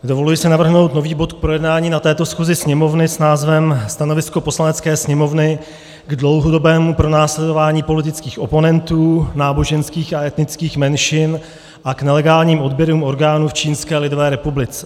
Dovoluji si navrhnout nový bod k projednání na této schůzi Sněmovny s názvem Stanovisko Poslanecké sněmovny k dlouhodobému pronásledování politických oponentů, náboženských a etnických menšin a k nelegálním odběrům orgánů v Čínské lidové republice.